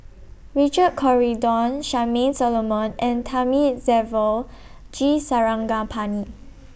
Richard Corridon Charmaine Solomon and Thamizhavel G Sarangapani